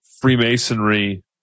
freemasonry